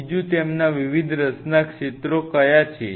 બીજું તેમના વિવિધ રસના ક્ષેત્રો કયા છે